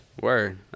word